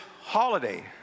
holiday